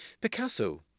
Picasso